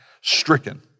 stricken